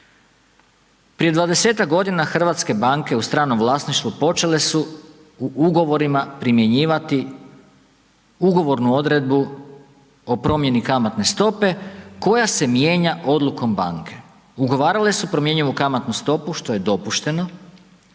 Prije 20-ak godina hrvatske banke u stranom vlasništvu počele se u ugovorima primjenjivati ugovornu odredbu o promjeni kamatne stope koja se mijenja odlukom banke. Ugovarale su promjenjivu kamatnu stopu što je dopušteno